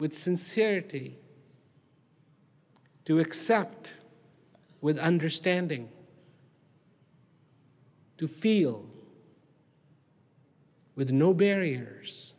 with sincerity to accept with understanding to feel with no barriers